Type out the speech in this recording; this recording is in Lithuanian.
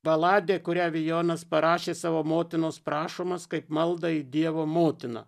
baladė kurią vijonas parašė savo motinos prašomas kaip maldą į dievo motiną